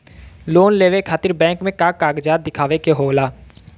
Loan लेवे खातिर bank मे का कागजात दिखावे के होला?